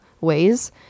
ways